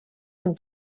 them